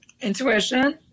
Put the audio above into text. intuition